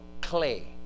clay